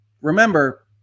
remember